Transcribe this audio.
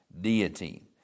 deity